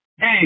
Hey